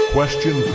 Question